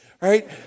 right